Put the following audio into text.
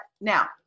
Now